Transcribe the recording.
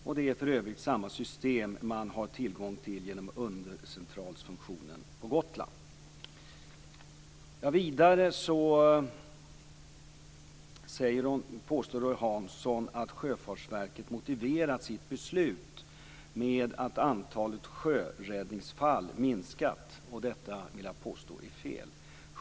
Det är för övrigt samma system som man har tillgång till genom undercentralsfunktionen på Gotland. Roy Hansson påstår att Sjöfartsverket har motiverat sitt beslut med att antalet sjöräddningsfall minskat. Detta vill jag påstå är fel.